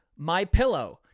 MyPillow